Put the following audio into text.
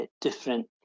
different